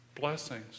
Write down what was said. blessings